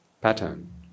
Pattern